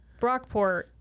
Brockport